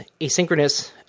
asynchronous